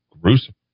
gruesome